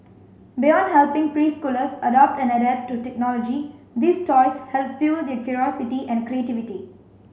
beyond helping preschoolers adopt and adapt to technology these toys help fuel their curiosity and creativity